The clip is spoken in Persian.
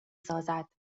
سازد